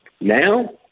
Now